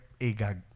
Agag